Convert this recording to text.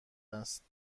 است